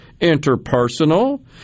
interpersonal